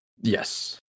Yes